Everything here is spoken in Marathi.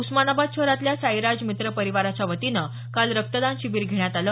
उस्मानाबाद शहरातल्या साईराज मित्र परिवाराच्या वतीनं काल रक्तदान शिबिर घेण्यात आलं